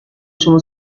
شما